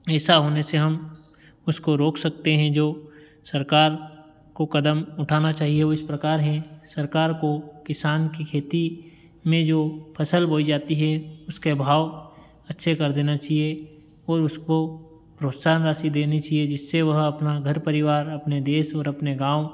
ऐसा होने से हम उसको रोक सकते हैं जो सरकार को कदम उठाना चाहिए वो इस प्रकार हैं सरकार को किसान की खेती में जो फसल बोई जाती है उसके भाव अच्छे कर देना चाहिए और उसको प्रोत्साहन राशि देनी चाहिए जिससे वह अपना घर परिवार अपने देश और अपने गाँव